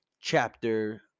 chapter